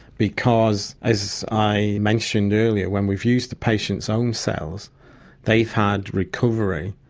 because, as i mentioned earlier, when we've used the patient's own cells they've had recovery,